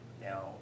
Now